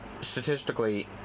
statistically